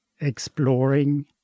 exploring